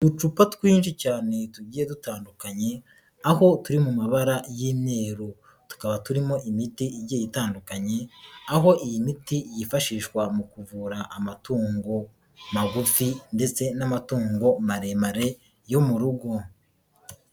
Uducupa twinshi cyane tugiye dutandukanye, aho turi mu mabara y'imyeru, tukaba turimo imiti igiye itandukanye, aho iyi miti yifashishwa mu kuvura amatungo magufi ndetse n'amatungo maremare yo mu rugo.